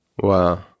Wow